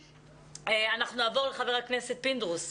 אנחנו נעבור לחבר הכנסת פינדרוס.